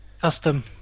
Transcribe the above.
custom